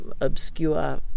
obscure